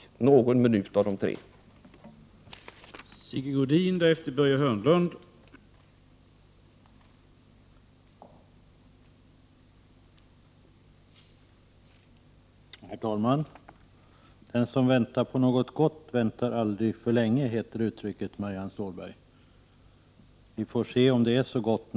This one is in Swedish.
Använd någon minut av de tre till detta!